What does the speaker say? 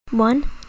One